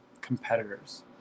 competitors